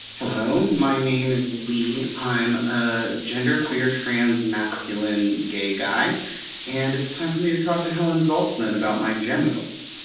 hello, my name is lee. i'm a genderqueer trans masculine gay guy and it's time for me to talk to helen zaltzman about my genitals